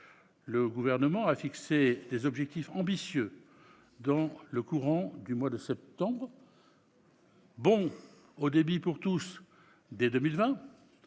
Le Gouvernement a fixé des objectifs ambitieux dans le courant du mois de septembre : bon haut débit pour tous dès 2020,